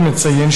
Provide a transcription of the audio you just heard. הוא מציין,